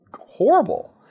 horrible